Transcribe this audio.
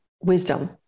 wisdom